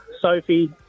Sophie